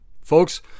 Folks